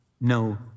no